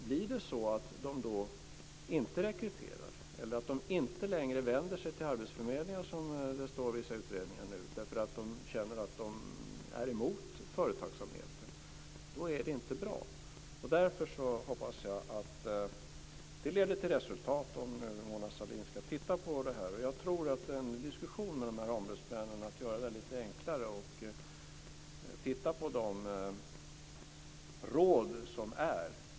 Blir det så att de då inte rekryterar eller att de inte längre vänder sig till arbetsförmedlingar, som det står i vissa utredningar nu, därför att de känner att dessa är emot företagsamheten är det inte bra. Därför hoppas jag att det leder till resultat om Mona Sahlin tittar på detta. Jag tror att en diskussion med ombudsmännen om att göra det lite enklare är bra. Titta på de råd som finns.